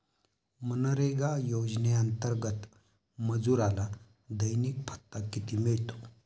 मनरेगा योजनेअंतर्गत मजुराला दैनिक भत्ता किती मिळतो?